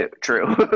true